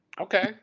Okay